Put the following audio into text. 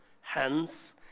hence